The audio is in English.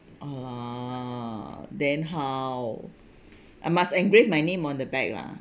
uh then how I must engrave my name on the bag ah